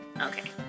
Okay